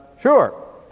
sure